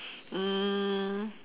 um